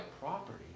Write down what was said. property